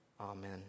Amen